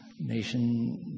nation